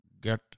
get